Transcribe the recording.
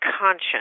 conscience